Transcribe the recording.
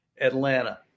atlanta